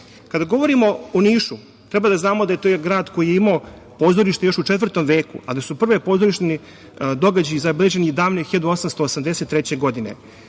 govorimo o Nišu treba da znamo da je jedan grad koji je imao pozorište još u IV veku, a da su prvi pozorišni događaji zabeleženi davne 1883. godine.